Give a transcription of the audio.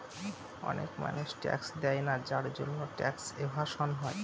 অনেক মানুষ ট্যাক্স দেয়না যার জন্যে ট্যাক্স এভাসন হয়